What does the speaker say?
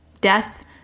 death